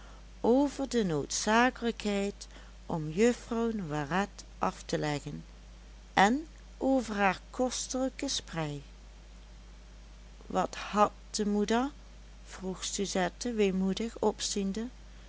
over de noodzakelijkheid om juffrouw noiret af te leggen en over haar kostelijke sprei wat had de moeder vroeg suzette weemoedig